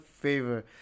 favor